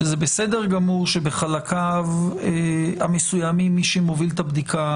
וזה בסדר גמור שבחלקיו המסוימים משרד המשפטים הוא זה שמוביל את הבדיקה,